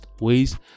ways